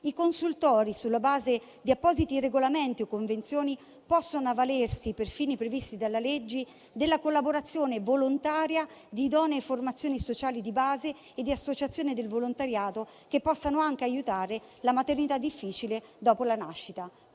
I consultori sulla base di appositi regolamenti o convenzioni possono avvalersi, per i fini previsti dalla legge, della collaborazione volontaria di idonee formazioni sociali di base e di associazioni del volontariato, che possono anche aiutare la maternità difficile dopo la nascita».